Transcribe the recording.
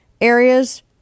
areas